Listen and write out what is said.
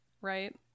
Right